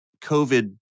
COVID